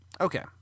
Okay